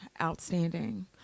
outstanding